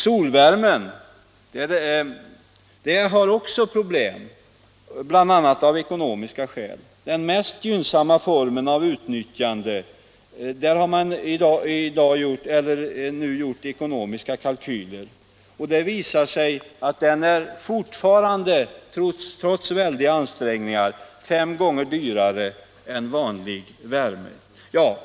Solvärmen medför också problem, bl.a. av ekonomisk art. När det gäller den mest gynnsamma formen av utnyttjande har man nu gjort ekonomiska kalkyler, och det visar sig att solvärmen, trots väldiga ansträngningar, fortfarande är fem gånger dyrare än vanlig värme.